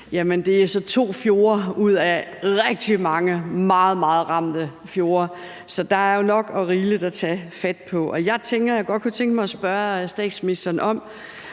det er så to fjorde ud af rigtig mange meget, meget ramte fjorde. Så der er jo nok og rigeligt at tage fat på. Jeg tænker, at jeg godt kunne tænke mig at spørge statsministeren,